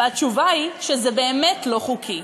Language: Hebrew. והתשובה היא שזה באמת לא חוקי.